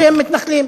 שהם מתנחלים,